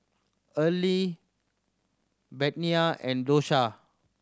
Earle Bettina and Dosha